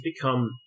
become